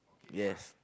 yes